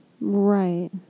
Right